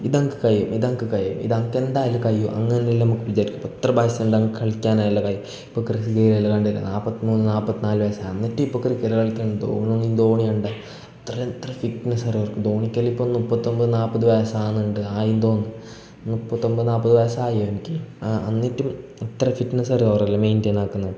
ഇതങ്ക് കയ്യും ഇതങ്ക് കയ്യും ഇതങ്കെന്തായ്യാലും കയ്യും അങ്ങനെല്ലാം വിചാരിക്കും എത്ര ബയസുണ്ട് അങ്ക് കളിക്കാനായുള്ള ബയം ഇപ്പം ഗംഭീരെല്ല കണ്ടില്ലേ നാൽപ്പത്തിമൂന്ന് നാല്പത്തിനാല് വയസ്സായി എന്നിട്ട് ഇപ്പോൾ ക്രിക്കറ്റ് കളിക്കുന്ന ധോണി ധോണി ഉണ്ട് അത്ര അത്ര ഫിറ്റ്നസ് അറിയുവോ അവർക്കെല്ലം ധോണിക്കെല്ലാം ഇപ്പോൾ മുപ്പത്തൊന്പത് നാൽപ്പത് വയസാന്ന്ണ്ട് ആയീന്ന് തോന്നണ് മുപ്പത്തൊമ്പത് നാൽപ്പത് വയസായി എനിക്ക് എന്നിട്ടും അത്ര ഫിറ്റ്നസാണ് അറിയോ അവരെല്ലാം മെയ്ൻ്റെയിനാക്കുന്നത്